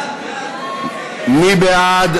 מי בעד?